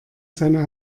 seine